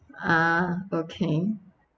ah okay